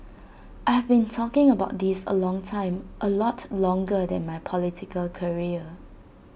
I've been talking about this A long time A lot longer than my political career